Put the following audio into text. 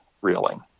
reeling